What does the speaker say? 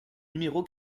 numéro